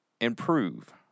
improve